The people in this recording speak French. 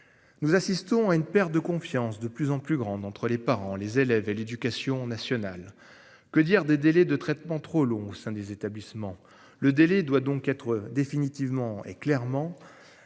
Nous assistons à une perte de confiance de plus en plus grande entre les parents, les élèves et l'éducation nationale. Que dire des délais de traitement trop long au sein des établissements. Le délai doit donc être définitivement et clairement